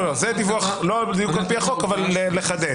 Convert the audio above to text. זהו לא בדיוק דיווח על פי החוק, אבל צריך לחדד.